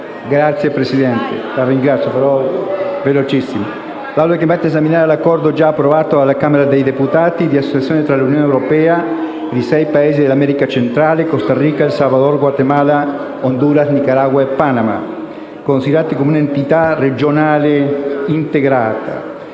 Signor Presidente, l'Assemblea è chiamata ad esaminare l'Accordo, già approvato dalla Camera dei deputati, di associazione tra l'Unione europea e i sei Paesi dell'America centrale (Costa Rica, El Salvador, Guatemala, Honduras, Nicaragua e Panama), considerati come un'entità regionale integrata.